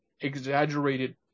exaggerated